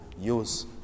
use